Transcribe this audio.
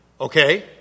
okay